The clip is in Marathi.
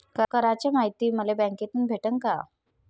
कराच मायती मले बँकेतून भेटन का?